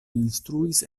instruis